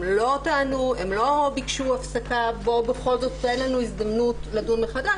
הם לא ביקשו הפסקה בכל זאת לתת להם הזדמנות לדון מחדש,